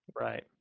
right